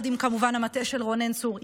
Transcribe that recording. כמובן יחד עם המטה של רונן צור.